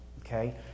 Okay